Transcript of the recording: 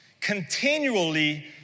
continually